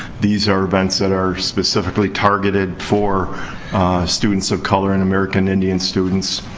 these are events that are specifically targeted for students of color and american indians students.